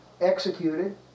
executed